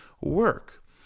work